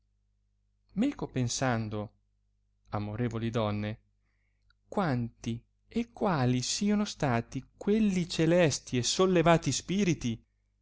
meco pensando amorevoli donne quanti e quali siano stati quelli celesti e sollevati spiriti